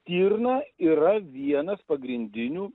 stirna yra vienas pagrindinių